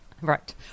right